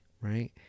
right